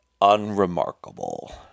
unremarkable